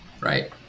right